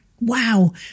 wow